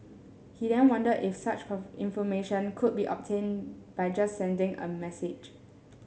he then wondered if such information could be obtained by just sending a message